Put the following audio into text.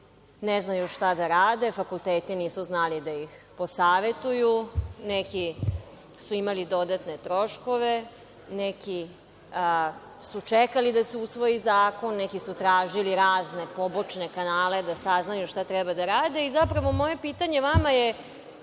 ne znaju šta da rade. Fakulteti nisu znali da ih posavetuju, neki su imali dodatne troškove, neki su čekali da se usvoji zakon, neki su tražili razne pobočne kanale da saznaju šta treba da rade? Zapravo, moje pitanje vama je